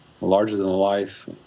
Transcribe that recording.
larger-than-life